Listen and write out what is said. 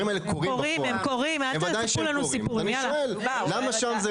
זה לפי תוכניות, בוודאי שעם, אין דבר כזה.